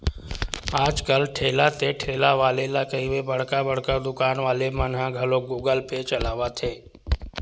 आज कल ठेला ते ठेला वाले ला कहिबे बड़का बड़का दुकान वाले मन ह घलोक गुगल पे चलावत हे